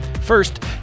First